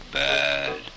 bad